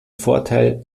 vorteil